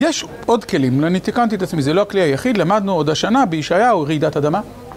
יש עוד כלים, אני תיקנתי את עצמי, זה לא הכלי היחיד, למדנו עוד השנה בישעיהו, רעידת אדמה.